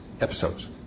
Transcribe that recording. episodes